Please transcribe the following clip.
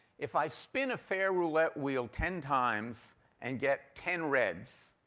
if i spin a fair roulette wheel ten times and get ten reds,